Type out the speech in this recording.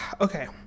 Okay